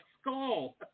skull